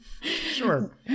sure